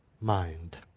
mind